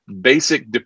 basic